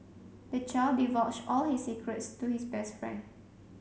the child divulged all his secrets to his best friend